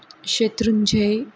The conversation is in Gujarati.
શેત્રુંજય